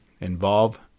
involve